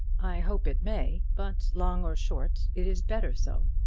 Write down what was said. i hope it may but long or short, it is better so.